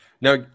Now